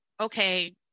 Okay